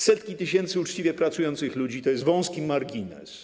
Setki tysięcy uczciwie pracujących ludzi to jest wąski margines.